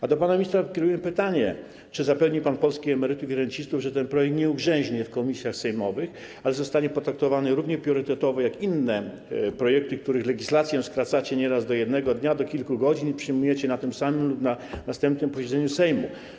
A do pana ministra kieruję pytanie: Czy zapewni pan polskich emerytów i rencistów, że ten projekt nie ugrzęźnie w komisjach sejmowych, ale zostanie potraktowany równie priorytetowo jak inne projekty, których legislację skracacie nieraz do jednego dnia, do kilku godzin, i przyjmujecie na tym samym lub na następnym posiedzeniu Sejmu?